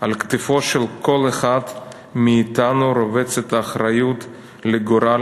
"על כתפו של כל אחד מאתנו רובצת האחריות לגורל